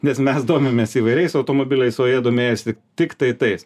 nes mes domimės įvairiais automobiliais o jie domėjosi tiktai tais